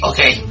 Okay